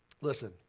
Listen